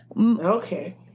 Okay